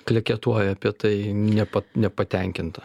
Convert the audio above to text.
kleketuoja apie tai ne nepatenkinta